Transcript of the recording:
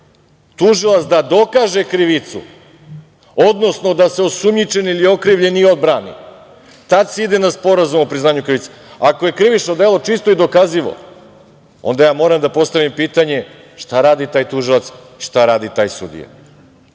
tužilac da dokaže krivicu, odnosno da se osumnjičeni ili okrivljeni odbrani. Tad se ide na sporazum o priznanju krivice. Ako je krivično delo čisto i dokazivo, onda ja moram da postavim pitanje šta radi taj tužilac, šta radi taj sudija? Onda